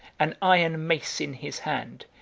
an iron mace in his hand,